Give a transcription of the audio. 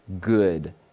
good